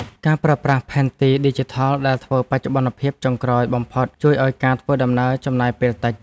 ការប្រើប្រាស់ផែនទីឌីជីថលដែលធ្វើបច្ចុប្បន្នភាពចុងក្រោយបំផុតជួយឱ្យការធ្វើដំណើរចំណាយពេលតិច។